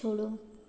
छोड़ो